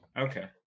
Okay